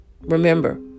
Remember